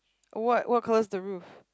what what colour is the roof